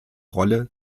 rolle